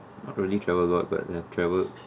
not really travel a lot but I've travel